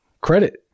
credit